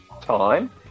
time